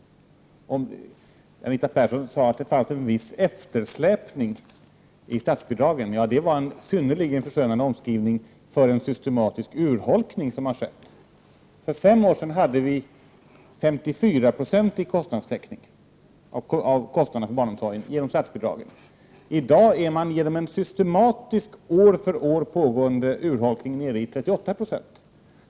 Anita Persson sade att det fanns ”en viss eftersläpning” i statsbidragen. Ja, det var en synnerligen förskönande omskrivning för en systematisk urholkning! För fem år sedan hade man en S4-procentig täckning av kostnaderna för barnomsorgen genom statsbidraget. I dag är man genom en systematisk, år för år pågående urholkning nere i 38 20.